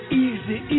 easy